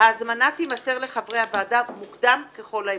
ההזמנה תימסר לחברי הוועדה מוקדם ככל האפשר,